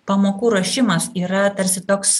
pamokų ruošimas yra tarsi toks